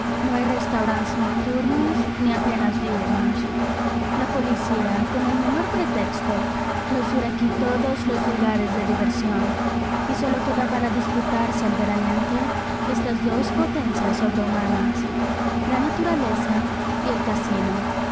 no hay restaurants nocturnos ni apenas diurnos la policía con el menor pretexto clausura aquí todos los lugares de diversión y sólo queda para disputarse al veraneante estas dos potencias sobrehumanas la naturaleza y el casino